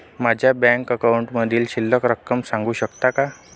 माझ्या बँक अकाउंटमधील शिल्लक रक्कम सांगू शकाल का?